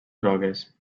grogues